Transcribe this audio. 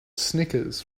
snickers